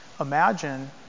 imagine